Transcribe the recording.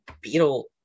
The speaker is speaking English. beetle